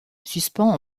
suspend